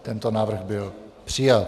Tento návrh byl přijat.